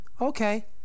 Okay